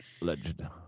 Legend